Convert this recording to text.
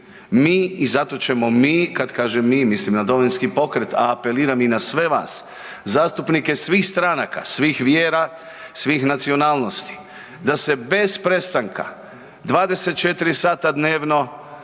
mi i zato ćemo mi, kad kažem mi mislim na Domovinski pokret, a apeliram i na sve vas, zastupnike svih stranaka, svih vjera, svih nacionalnosti da se bez prestanka 24 sata dnevno